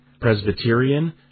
Presbyterian